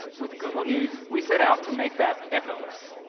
with google news, we set out to make that effortless.